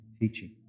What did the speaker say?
teaching